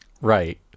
Right